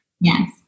Yes